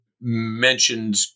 mentioned